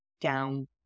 down